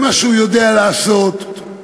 אתה מדבר בשם